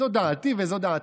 זו דעתי וזו דעתך.